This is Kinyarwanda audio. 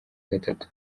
gatatu